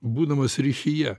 būdamas ryšyje